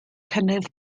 cynnydd